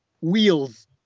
Wheels